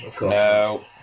No